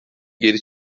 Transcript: geri